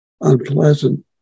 unpleasant